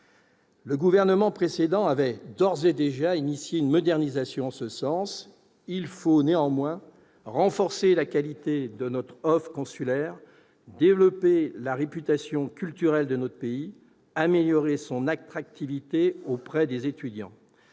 Le gouvernement précédent avait d'ores et déjà engagé une modernisation en ce sens. Il faut néanmoins renforcer la qualité de notre offre consulaire, développer la réputation culturelle de notre pays et améliorer son attractivité auprès des étudiants.